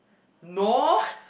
no